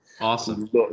Awesome